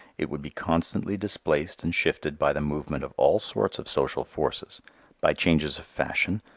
it would be constantly displaced and shifted by the movement of all sorts of social forces by changes of fashion,